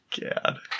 God